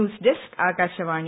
news desk Akashvani